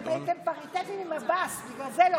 אתם הייתם פריטטית עם עבאס, בגלל זה לא